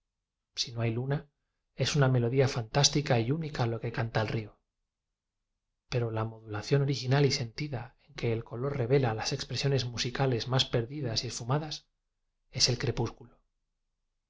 si no hay luna es una melodía fantástica y única lo que canta el río pero la modulación original y sentida en que el color revela las expre siones musicales más perdidas y esfuma das es el crepúsculo